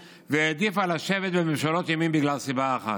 והעדיפה לשבת בממשלות ימין בגלל סיבה אחת: